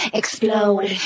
explode